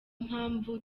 mpamvu